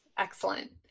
Excellent